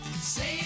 Save